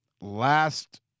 last